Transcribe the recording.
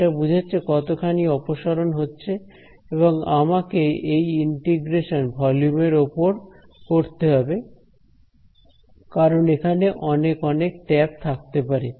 এটা বোঝাচ্ছে কতখানি অপসরণ হচ্ছে এবং আমাকে এই ইন্টিগ্রেশন ভলিউম এর ওপর করতে হবে কারণ এখানে অনেক অনেক ট্যাপ থাকতে পারে